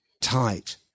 tight